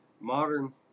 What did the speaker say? Modern